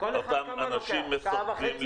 כל אחד כמה לוקח, שעה וחצי?